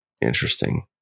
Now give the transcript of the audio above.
Interesting